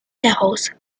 garros